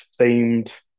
themed